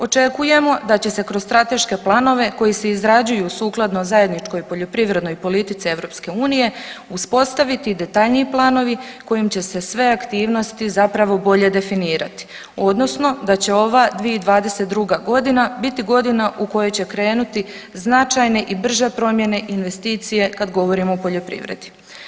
Očekujemo da će se kroz strateške planove koji se izrađuju sukladno zajedničkoj poljoprivrednoj politici EU uspostaviti i detaljniji planovi kojim će se sve aktivnosti zapravo bolje definirati odnosno da će ova 2022. godina biti godina u kojoj će krenuti značajne i brže promjene, investicije kad govorimo o poljoprivredi.